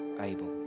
able